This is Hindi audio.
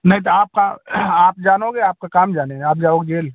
नहीं तो आपका आप जानोगे आपका काम जानेगा आप जाओगे जेल